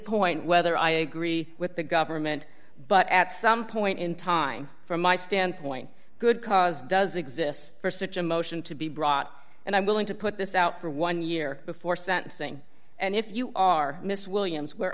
point whether i agree with the government but at some point in time from my standpoint good cause does exist st a motion to be brought and i'm willing to put this out for one year before sentencing and if you are miss williams where